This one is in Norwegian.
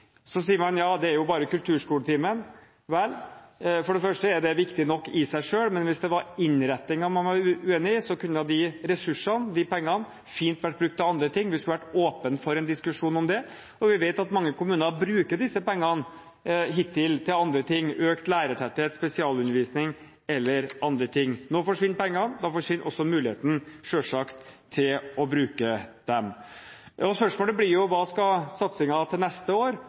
Så sier man at ja, det er jo bare kulturskoletimen. Vel – for det første er det viktig nok i seg selv, men hvis det var innretningen man var uenig i, kunne de ressursene, de pengene, fint vært brukt til andre ting. Vi skulle vært åpne for en diskusjon om det. Vi vet at mange kommuner hittil har brukt disse pengene til andre ting: økt lærertetthet, spesialundervisning eller andre ting. Nå forsvinner pengene. Da forsvinner selvsagt også muligheten til å bruke dem. Spørsmålet blir: Hva skal satsingen til neste år